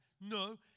No